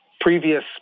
previous